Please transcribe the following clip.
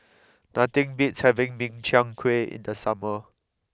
nothing beats having Min Chiang Kueh in the summer